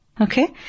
Okay